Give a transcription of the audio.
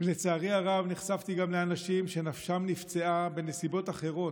ולצערי הרב נחשפתי גם לאנשים שנפשם נפצעה בנסיבות אחרות,